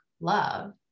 love